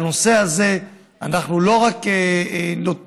בנושא הזה אנחנו לא רק נותנים